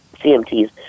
CMTs